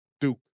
Duke